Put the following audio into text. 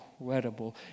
incredible